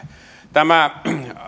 tämä